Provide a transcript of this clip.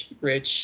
rich